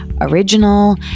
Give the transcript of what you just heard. original